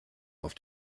auf